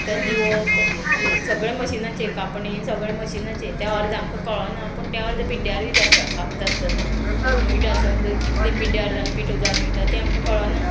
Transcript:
आतां लिवप सगळे मशिनाचे कापणीन सगळे मशिनाचे त्या अर्द आमकां कळना पूण त्या वर्धा पिड्ड्यारूय जाता कापता आसतना मळटा आसून कितली पिड्ड्यार जावन पिठू जावन वयता तें आमकां कळना